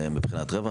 מבחינת רווח.